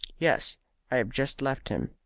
yes i have just left him.